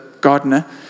gardener